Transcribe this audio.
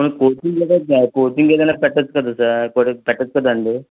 మనం కోచింగ్ ఏద కోచింగ్ ఏదైన పెట్టవచ్చు కదా సార్ కొడుక్ పెట్టవచ్చు కదండి